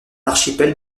archipel